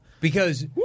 Because-